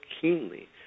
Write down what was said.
keenly